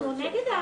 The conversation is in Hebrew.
ש"ס, אגודת ישראל,